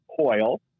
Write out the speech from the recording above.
coil